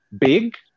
big